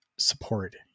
support